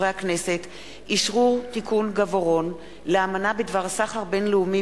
אשרור תיקון גַבּורון לאמנה בדבר סחר בין-לאומי